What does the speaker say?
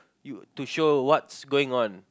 you to show what's going on